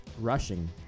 rushing